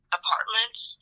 apartments